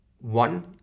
one